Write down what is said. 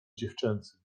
dziewczęcym